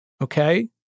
Okay